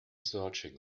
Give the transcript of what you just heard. searching